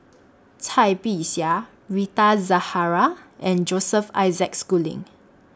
Cai Bixia Rita Zahara and Joseph Isaac Schooling